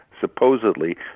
supposedly